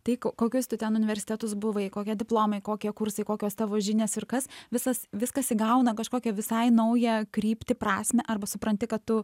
tai ko kokius tu ten universitetus buvai kokie diplomai kokie kursai kokios tavo žinios ir kas visas viskas įgauna kažkokią visai naują kryptį prasmę arba supranti kad tu